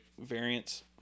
variants